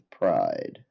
pride